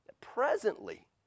presently